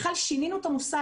בכלל, שינינו את המושג.